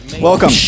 Welcome